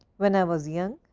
when i was young,